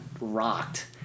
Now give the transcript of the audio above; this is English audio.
rocked